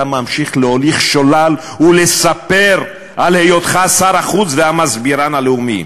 אתה ממשיך להוליך שולל ולספר על היותך שר החוץ והמסבירן הלאומי.